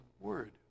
word